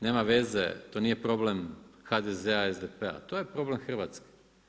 Nema veze, to nije problem HDZ-a, SDP-a, to je problem Hrvatske.